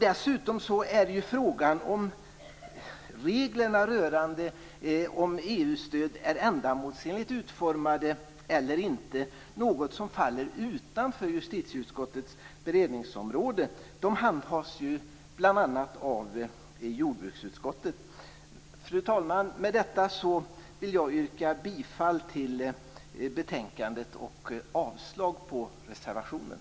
Dessutom är det fråga om huruvida reglerna för EU:s stöd är ändamålsenligt utformade eller inte, något som faller utanför justitieutskottets beredningsområde. Det handhas ju bl.a. av jordbruksutskottet. Fru talman! Med detta vill jag yrka bifall till utskottets hemställan och avslag på reservationen.